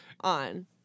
on